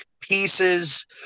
pieces